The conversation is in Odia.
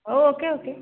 ହେଉ ଓକେ ଓକେ